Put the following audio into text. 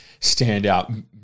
standout